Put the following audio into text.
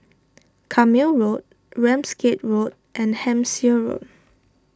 Carpmael Road Ramsgate Road and Hampshire Road